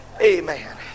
Amen